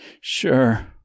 Sure